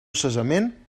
cessament